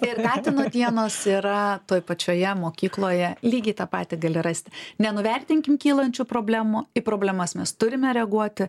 ir katino dienos yra toje pačioje mokykloje lygiai tą patį gali rasti nenuvertinkim kylančių problemų į problemas mes turime reaguoti